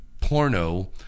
porno